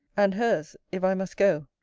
and hers, if i must go,